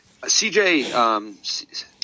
CJ